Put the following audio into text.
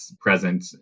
present